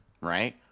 Right